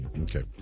Okay